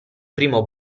primo